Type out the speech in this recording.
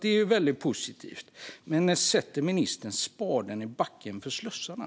Det är alltså positivt med satsningar, men när sätter ministern spaden i backen för slussarna?